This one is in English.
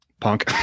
Punk